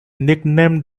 nicknamed